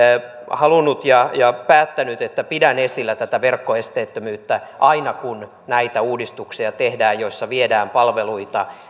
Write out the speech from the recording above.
halunnut pitää ja päättänyt että pidän esillä tätä verkkoesteettömyyttä aina kun tehdään näitä uudistuksia joissa viedään palveluita